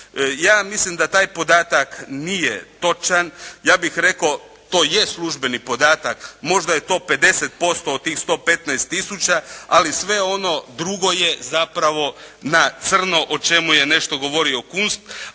Ja mislim da taj podatak nije točan. Ja bih rekao, to je službeni podatak, možda je to 50% od tih 115 tisuća, ali sve ono drugo je zapravo na crno, o čemu je nešto govorio Kunst,